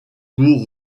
pour